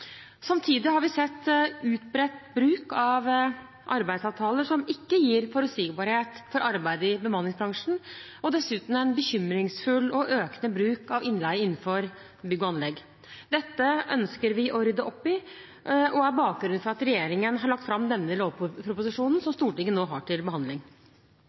Samtidig har vi sett en utbredt bruk av arbeidsavtaler som ikke gir forutsigbarhet for arbeid i bemanningsbransjen, og dessuten en bekymringsfull og økende bruk av innleie innenfor bygg og anlegg. Dette ønsker vi å rydde opp i, og det er bakgrunnen for at regjeringen har lagt fram denne lovproposisjonen som Stortinget nå har til behandling.